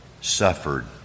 suffered